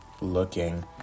looking